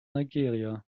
nigeria